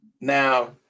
Now